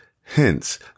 hence